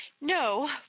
No